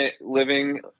living